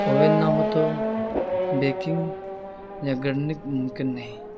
اوونین نہ ہو تو بیکنگ یا گڑھنک ممکن نہیں